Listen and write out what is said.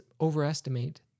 overestimate